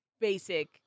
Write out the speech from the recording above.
basic